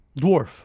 dwarf